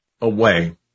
away